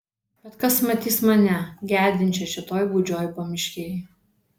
bet kas matys mane gedinčią šitoj gūdžioj pamiškėj